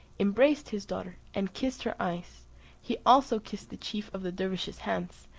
embraced his daughter, and kissed her eyes he also kissed the chief of the dervises' hands,